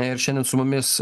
ir šiandien su mumis